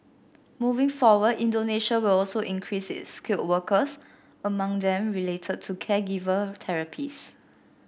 moving forward Indonesia will also increase skilled workers among them related to caregiver therapists